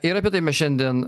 ir apie tai mes šiandien